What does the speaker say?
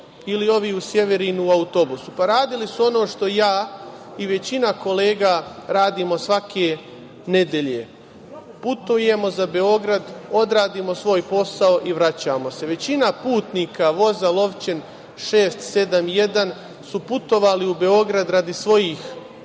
ili ovi u Sjeverinu u autobusu? Pa, radili su ono što ja i većina kolega radimo svake nedelje – putujemo za Beograd, odradimo svoj posao i vraćamo se. Većina putnika voza Lovćen 671 su putovali u Beograd radi svojih